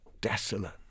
desolate